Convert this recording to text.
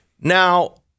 Now